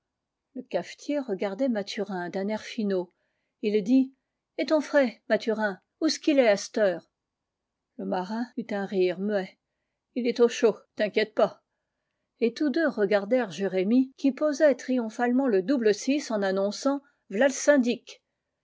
le cafetier regardait mathurin d'un air finaud ii dit et ton fré mathurin ous qu'il est à c't heure le marin eut un rire muet ii est au chaud t'inquiète pas et tous deux regardèrent jérémie qui posait triomphalement le double six en annonçant v'ià le syndic